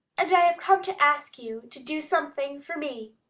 and i have come to ask you to do something for me.